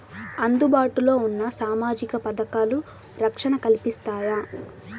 అందుబాటు లో ఉన్న సామాజిక పథకాలు, రక్షణ కల్పిస్తాయా?